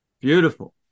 Beautiful